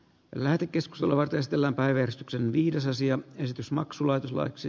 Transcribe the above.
lähetekeskustelua testillä parrestoksen viides asian esitys maksulaitlaiksi